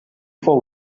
for